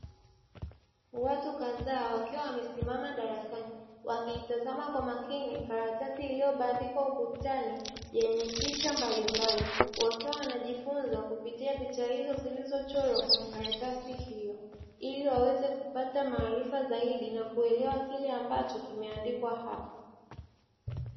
Watu kadhaa, wakiwa wamesimama darasani, wakiitazama kwa makini karatasi iliyobandikwa ukutani yenye picha mbalimbali, wakiwa wanajifunza kupitia picha hizo zilizochorwa kwenye karatasi hiyo, ili waweze kupata maarifa zaidi na kuelewa kile ambacho kimeandikwa hapo.